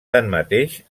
tanmateix